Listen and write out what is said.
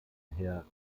herr